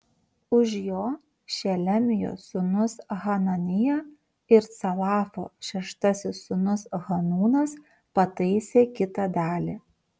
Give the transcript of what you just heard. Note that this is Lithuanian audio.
už jo šelemijos sūnus hananija ir calafo šeštasis sūnus hanūnas pataisė kitą dalį